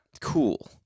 cool